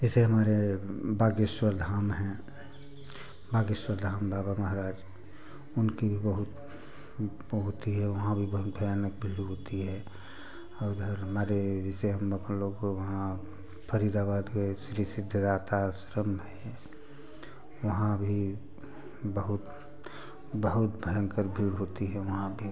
जैसे हमारे बागेश्वर धाम हैं बागेश्वर धाम बाबा महाराज उनकी भी बहुत होती है वहाँ भी बहुत भयानक भीड़ होती है और इधर हमारे जैसे हम अपन लोग वहाँ फरीदाबाद गए श्री सिद्धदाता आश्रम में वहाँ भी बहुत बहुत भयंकर भीड़ होती है वहाँ भी